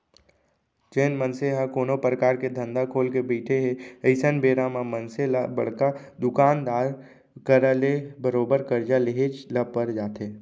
जेन मनसे ह कोनो परकार के धंधा खोलके बइठे हे अइसन बेरा म मनसे ल बड़का दुकानदार करा ले बरोबर करजा लेहेच ल पर जाथे